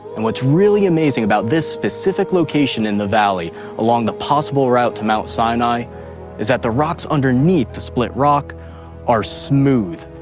and what's really amazing about this specific location in the valley along the possible route to mount sinai is that the rocks underneath the split rock are smooth,